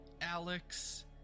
Alex